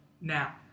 now